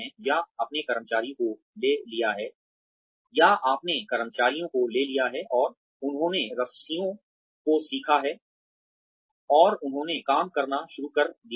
या आपने कर्मचारियों को ले लिया है और उन्होंने रस्सियों को सीखा है और उन्होंने काम करना शुरू कर दिया है